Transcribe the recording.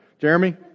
Jeremy